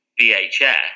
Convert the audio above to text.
VHS